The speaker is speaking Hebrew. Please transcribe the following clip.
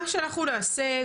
מה שאנחנו נעשה,